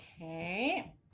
Okay